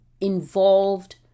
involved